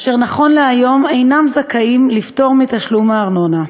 אשר נכון להיום אינם זכאים לפטור מתשלום הארנונה.